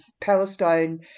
Palestine